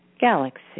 galaxy